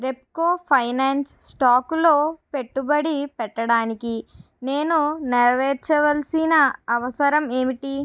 Repco finance స్టాకులో పెట్టుబడి పెట్టడానికి నేను నెరవేర్చవల్సిన అవసరం ఏమిటి